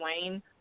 Wayne